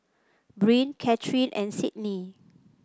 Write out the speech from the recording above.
Breann Catharine and Sydnee